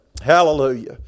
hallelujah